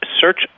Search